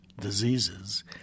diseases